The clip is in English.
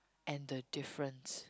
and the difference